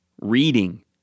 reading